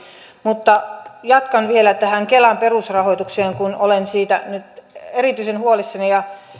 mutta jatkan vielä tästä kelan perusrahoituksesta kun olen siitä nyt erityisen huolissani